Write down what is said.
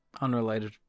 unrelated